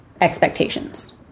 expectations